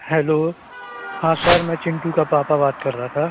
hello हाँ sir मैं चिंटू का पापा बात कर रहा था